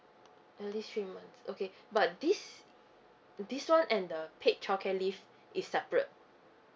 at least three months okay but this this one and the paid childcare leave is separate